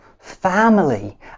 family